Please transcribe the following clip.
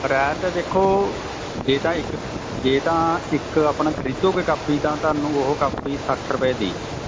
ਰੈਤ ਦੇਖੋ ਜੇ ਤਾਂ ਇੱਕ ਜੇ ਤਾਂ ਇੱਕ ਆਪਣਾ ਖਰੀਦੋਗੇ ਕਾਪੀ ਤਾਂ ਤੁਹਾਨੂੰ ਉਹ ਕਾਪੀ ਸੱਠ ਰੁਪਏ ਦੀ ਜੀ